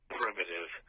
primitive